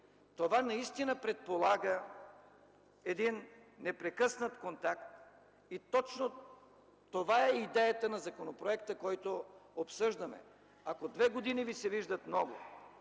това наистина предполага един непрекъснат контакт и точно това е идеята на законопроекта, който обсъждаме. Ако две години Ви се виждат много,